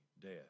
death